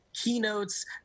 keynotes